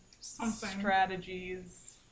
strategies